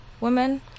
women